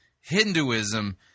Hinduism